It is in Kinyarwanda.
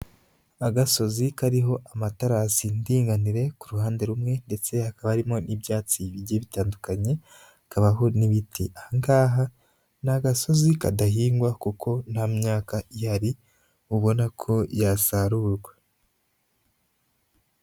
Agasozi kariho amatarasi ndinganire ku ruhande rumwe ndetse hakaba harimo n'ibyatsi bigiye bitandukanye hakabaho n'ibiti, aha ngaha ni agasozi kadahingwa kuko nta myaka ihari ubona ko yasarurwa.